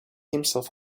himself